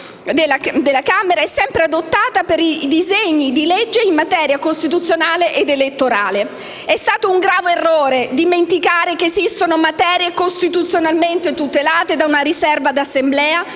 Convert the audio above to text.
da parte della Camera è sempre adottata per i disegni di legge in materia costituzionale ed elettorale». È stato un grave errore dimenticare che esistono materie costituzionalmente tutelate da una riserva di Assemblea,